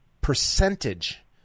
percentage